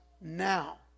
now